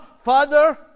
Father